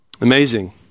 Amazing